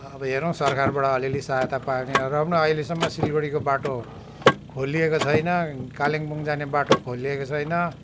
अब हेरौँ सरकारबाट अलिअलि साहयता पायो भने र पनि अहिलेसम्म सिलगडीको बाटो खोलिएको छैन कालिम्पोङ जाने बाटो खोलिएको छैन